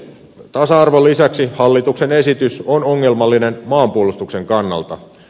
tasa arvon lisäksi hallituksen esitys on ongelmallinen maanpuolustuksen kannalta